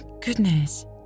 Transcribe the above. goodness